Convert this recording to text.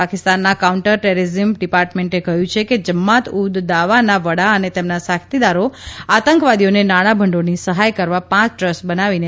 પાકિસ્તાનના counter terrorism ડિપાર્ટમેન્ટે કહ્યું છે કે જમ્મત ઉ દાવાના વડા અને તેમના સાથીદારો આતંકવાદીઓને નાણાં ભંડોળની સહાય કરવા પાંચ ટ્રસ્ટ બનાવીને તેનો ઉપયોગ કરતા હતા